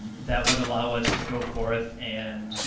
that would allow us to go forth and, you